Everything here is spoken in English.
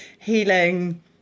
healing